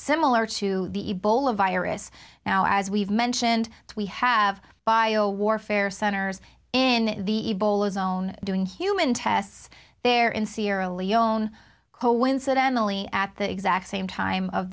similar to the ebola virus now as we've mentioned we have bio warfare centers in the ebola zone doing human tests there in sierra leone coincidentally at the exact same time of